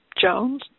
Jones